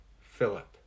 Philip